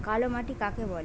কালো মাটি কাকে বলে?